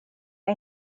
jag